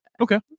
Okay